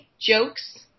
jokes